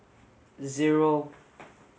zero